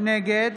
נגד